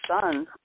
son